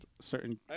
certain